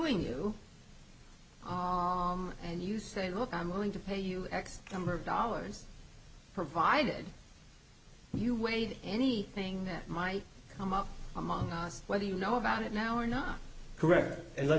you and you say look i'm going to pay you x number of dollars provided you weighed any thing that might come up among us whether you know about it now or not correct and let's